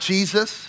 Jesus